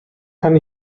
kann